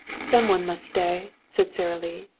some one must stay, said sara lee.